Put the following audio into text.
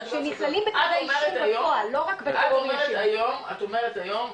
אומרת היום,